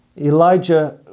Elijah